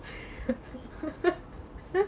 ya